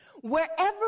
Wherever